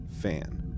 fan